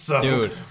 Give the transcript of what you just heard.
dude